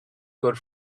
good